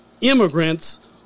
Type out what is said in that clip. immigrants